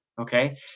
Okay